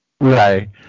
Right